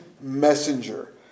messenger